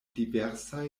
diversaj